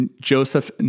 Joseph